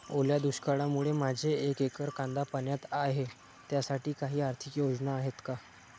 ओल्या दुष्काळामुळे माझे एक एकर कांदा पाण्यात आहे त्यासाठी काही आर्थिक योजना आहेत का?